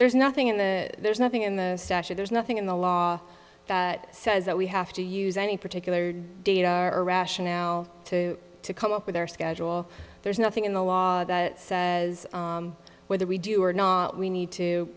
there's nothing in the there's nothing in the sachet there's nothing in the law that says that we have to use any particular data or rationale to come up with their schedule there's nothing in the law that says whether we do or not we need to